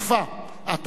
אט-אט,